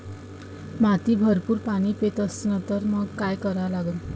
माती भरपूर पाणी पेत असन तर मंग काय करा लागन?